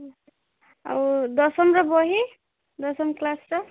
ଆଉ ଦଶମର ବହି ଦଶମ କ୍ଲାସ୍ର